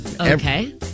Okay